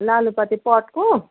लालुपाते पटको